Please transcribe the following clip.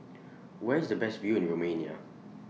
Where IS The Best View in Romania